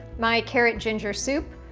my carrot ginger soup,